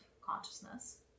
consciousness